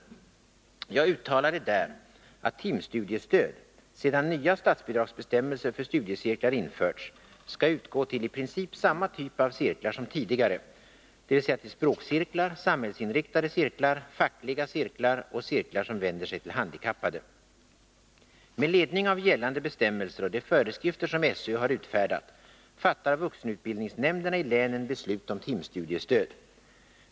Jag uttalade där att timstudiestöd, sedan nya statsbidragsbestämmelser för studiecirklar införts, skall utgå till i princip samma typ av cirklar som tidigare, dvs. till språkcirklar, samhällsinriktade cirklar, fackliga cirklar och cirklar som vänder sig till handikappade. Med ledning av gällande bestämmelser och de föreskrifter som SÖ har utfärdat fattar vuxenutbildningsnämnderna i länen beslut om timstudiestöd.